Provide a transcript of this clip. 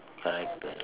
like that